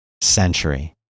century